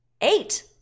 eight